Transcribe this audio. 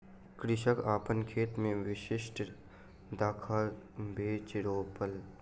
कृषक अपन खेत मे विशिष्ठ दाखक बीज रोपलक